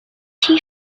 two